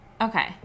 Okay